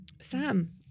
Sam